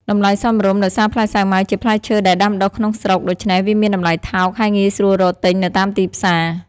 តម្លៃសមរម្យ ដោយសារផ្លែសាវម៉ាវជាផ្លែឈើដែលដាំដុះក្នុងស្រុក ដូច្នេះវាមានតម្លៃថោក ហើយងាយស្រួលរកទិញនៅតាមទីផ្សារ។